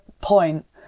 point